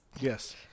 Yes